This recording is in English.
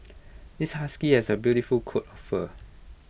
this husky has A beautiful coat of fur